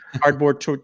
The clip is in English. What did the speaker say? cardboard